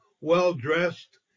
well-dressed